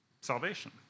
salvation